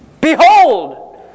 Behold